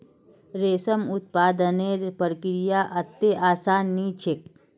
रेशम उत्पादनेर प्रक्रिया अत्ते आसान नी छेक